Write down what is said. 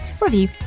review